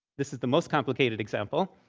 this is the most complicated example.